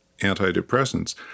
antidepressants